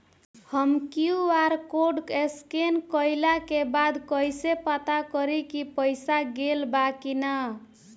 हम QR code scan कइला के बाद कइसे पता करि की पईसा गेल बा की न?